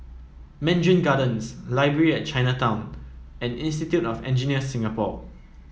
Mandarin Gardens Library at Chinatown and Institute of Engineers Singapore